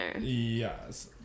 Yes